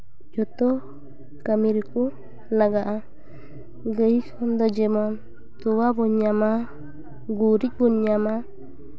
ᱡᱷᱚᱛᱚ ᱠᱟᱹᱢᱤ ᱨᱮᱠᱚ ᱞᱟᱜᱟᱜᱼᱟ ᱜᱟᱹᱭ ᱠᱷᱚᱱᱫᱚ ᱡᱮᱢᱚᱱ ᱛᱚᱣᱟ ᱵᱚᱱ ᱧᱟᱢᱟ ᱜᱩᱨᱤᱡ ᱵᱚᱱ ᱧᱟᱢᱟ